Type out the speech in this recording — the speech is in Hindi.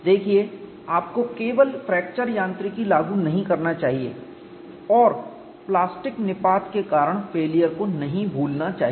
देखिए आपको केवल फ्रैक्चर यांत्रिकी लागू नहीं करना चाहिए और प्लास्टिक निपात के कारण फेलियर को नहीं भूलना चाहिए